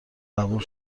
قبول